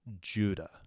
Judah